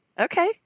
Okay